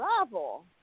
travel